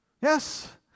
Yes